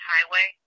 Highway